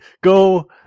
go